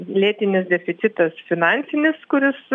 lėtinis deficitas finansinis kuris